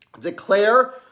Declare